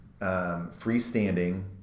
freestanding